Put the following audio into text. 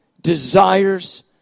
desires